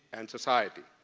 and society.